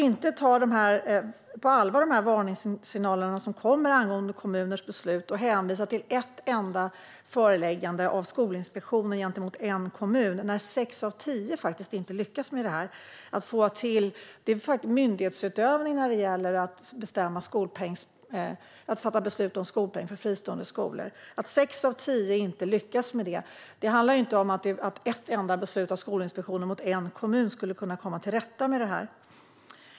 Man bör ta varningssignalerna som kommer angående kommuners beslut på allvar och inte hänvisa till ett enda föreläggande av Skolinspektionen gentemot en kommun. Det är myndighetsutövning att fatta beslut om skolpeng för fristående skolor. Att sex av tio inte lyckas med detta handlar inte om att ett enda beslut av Skolinspektionen mot en kommun skulle kunna komma till rätta med det här.